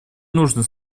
нужно